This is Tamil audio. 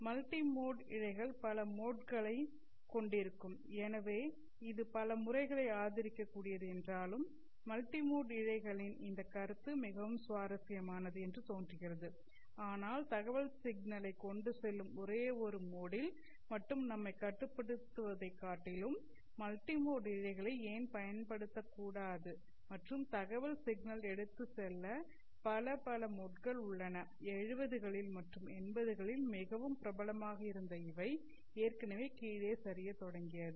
மல்டி மோட் இழைகள் பல மோட்களைக் கொண்டிருக்கும் எனவே இது பல முறைகளை ஆதரிக்கக் கூடியது என்றாலும் மல்டி மோட் இழைகளின் இந்த கருத்து மிகவும் சுவாரஸ்யமானது என்று தோன்றுகிறது ஆனால் தகவல் சிக்னலைக் கொண்டு செல்லும் ஒரே ஒரு மோட் ல் மட்டும் நம்மைக் கட்டுப்படுத்துவதைக் காட்டிலும் மல்டிமோட் இழைகளை ஏன் பயன்படுத்தக்கூடாது மற்றும் தகவல் சிக்னல் எடுத்துச்செல்ல பலப்பல மோட்கள் உள்ளன 70 களில் மற்றும் 80 களில் மிகவும் பிரபலமாக இருந்த இவை ஏற்கனவே கீழே சரிய தொடங்கியது